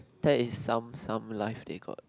that is some some life they got